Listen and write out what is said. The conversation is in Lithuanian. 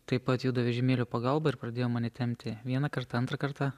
taip pat juda vežimėlio pagalba ir pradėjo mane tempti vieną kartą antrą kartą